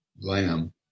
lamb